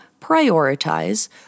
prioritize